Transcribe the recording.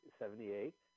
seventy-eight